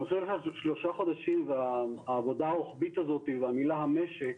הנושא של השלושה חודשים והעבודה הרוחבית הזאת והמילה 'המשק'